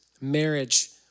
marriage